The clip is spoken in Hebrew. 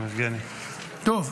טוב.